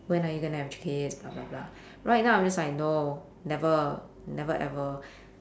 when are you gonna have kids blah blah blah right now I'm just like no never never ever